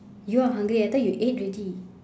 you are hungry I thought you ate already